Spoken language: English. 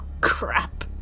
crap